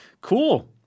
Cool